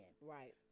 right